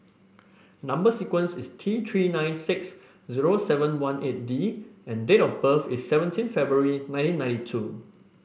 number sequence is T Three nine six zero seven one eight D and date of birth is seventeen February nineteen ninety two